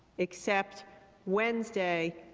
except wednesday,